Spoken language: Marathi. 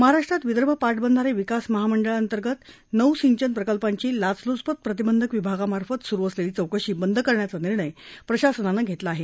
महाराष्ट्रात विदर्भ पाटबंधारे विकास महामंडळाअंतर्गत नऊ सिंचन प्रकल्पांची लाचलूचपत प्रतिबंधक विभागामार्फत सुरू असलेली चौकशी बंद करण्याचा निर्णय प्रशासनानं घेतला आहे